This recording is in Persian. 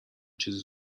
چیزی